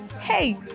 hey